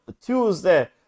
Tuesday